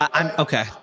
Okay